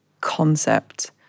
concept